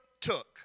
took